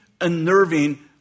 unnerving